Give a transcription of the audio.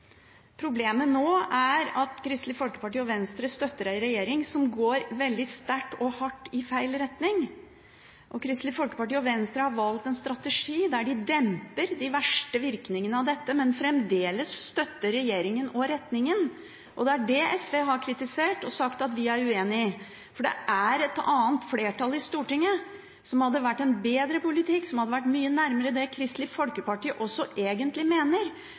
Problemet nå er at Kristelig Folkeparti og Venstre støtter en regjering som går veldig sterkt og hardt i feil retning, og Kristelig Folkeparti og Venstre har valgt en strategi der de demper de verste virkningene av dette, men fremdeles støtter regjeringen og retningen. Det er det SV har kritisert og sagt at vi er uenig i. For det er et annet flertall i Stortinget som hadde stått for en bedre politikk, som hadde ligget mye nærmere det Kristelig Folkeparti også egentlig mener,